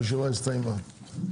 הישיבה ננעלה בשעה 14:45.